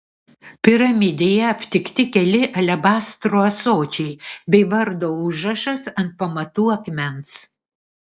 piramidėje aptikti keli alebastro ąsočiai bei vardo užrašas ant pamatų akmens